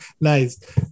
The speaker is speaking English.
Nice